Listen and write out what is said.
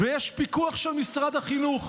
ויש פיקוח של משרד החינוך.